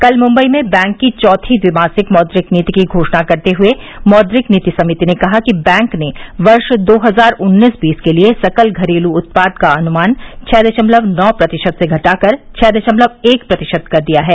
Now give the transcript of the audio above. कल मुन्दई में बैंक की चौथी ट्टिमासिक मौद्रिक नीति की घोषणा करते हुए मौद्रिक नीति समिति ने कहा कि बैंक ने वर्ष दो हजार उन्नीस बीस के लिए सकल घरेलू उत्पाद का अनुमान छह दशमलव नौ प्रतिशत से घटाकर छह दशमलव एक प्रतिशत कर दिया है